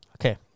Okay